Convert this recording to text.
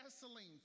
gasoline